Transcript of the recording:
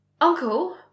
Uncle